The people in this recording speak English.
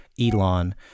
Elon